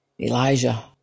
Elijah